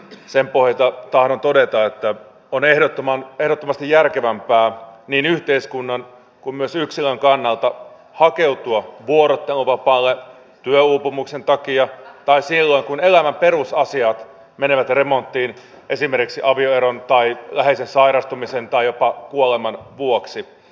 sen pohjalta tahdon todeta että on ehdottomasti järkevämpää niin yhteiskunnan kuin myös yksilön kannalta hakeutua vuorotteluvapaalle työuupumuksen takia tai silloin kun elämän perusasiat menevät remonttiin esimerkiksi avioeron tai läheisen sairastumisen tai jopa kuoleman vuoksi